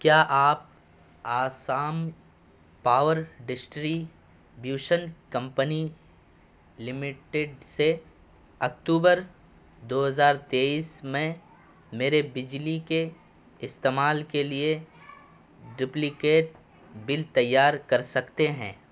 کیا آپ Assam power distribution company limited سے اکتوبر دو ہزار تیئیس میں میرے بجلی کے استعمال کے لیے ڈپلیکیٹ بل تیار کر سکتے ہیں